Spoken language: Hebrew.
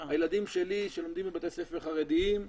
הילדים שלי, שלומדים בבתי ספר חרדיים,